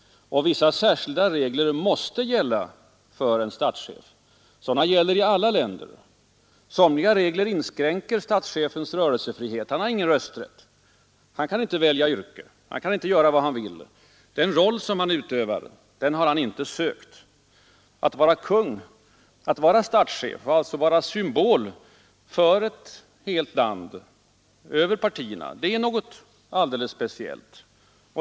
Vissa särskilda regler måste gälla för en statschef. Sådana gäller i alla länder. Somliga regler inskränker statschefens rörelsefrihet. Han har ingen rösträtt, han kan inte välja yrke, han kan inte göra vad han vill. Den roll som han utövar har han inte sökt. Att vara konung, att vara statschef, att vara symbol för ett helt land över partierna, är något alldeles speciellt.